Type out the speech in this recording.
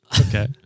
okay